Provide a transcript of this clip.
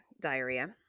diarrhea